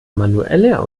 manuelle